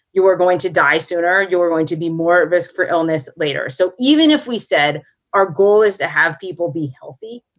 you are going to die sooner. you are going to be more at risk for illness later. so even if we said our goal is to have people be healthy,